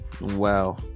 wow